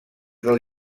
del